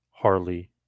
harley